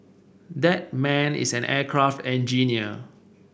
that man is an aircraft engineer